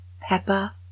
Peppa